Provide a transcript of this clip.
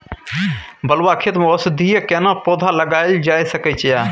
बलुआ खेत में औषधीय केना पौधा लगायल जा सकै ये?